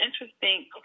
interesting